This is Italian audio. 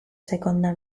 seconda